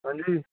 अंजी